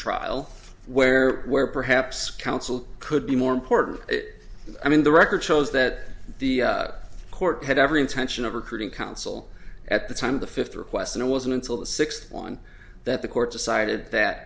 trial where where perhaps counsel could be more important that i mean the record shows that the court had every intention of recruiting counsel at the time of the fifth request and it wasn't until the sixth on that the court decided that